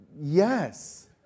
yes